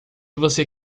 você